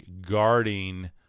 guarding